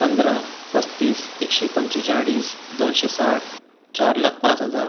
पंधरा पस्तीस एकशे पंचेचाळीस दोनशे साठ चार लाख पाच हजार